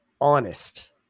honest